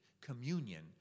communion